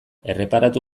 erreparatu